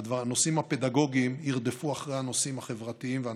והנושאים הפדגוגיים ירדפו אחרי הנושאים החברתיים והנפשיים.